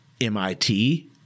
MIT